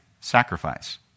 sacrifice